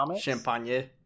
champagne